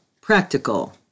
practical